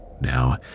Now